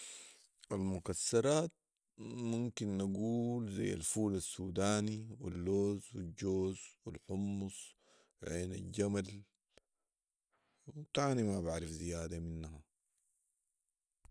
المكسرات ممكن نقول ذي الفول السوداني و اللوز و الجوز و الحمص وعين الجمل ، تاني ما بعرف زياده منها